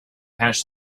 patch